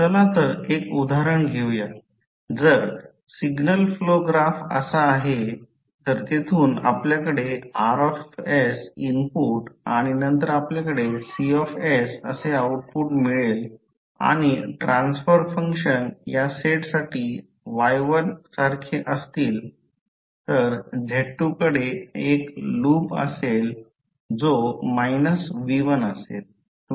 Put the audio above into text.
चला तर एक उदाहरण घेऊया जर सिग्नल फ्लो ग्राफ असा आहे तर येथून आपल्याकडे Rs इनपुट आणि नंतर आपल्याकडे Cs असे आऊटपुट मिळेल आणि ट्रान्स्फर फंक्शन् या सेटसाठी Y1 सारखे असतील तर Z2 कडे एक लूप असेल जो V1 असेल